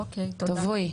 אוקיי, תודה.